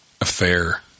affair